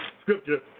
scripture